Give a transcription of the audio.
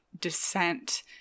descent